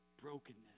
brokenness